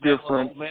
different